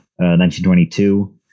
1922